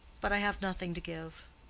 but i have nothing to give,